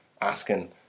asking